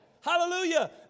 Hallelujah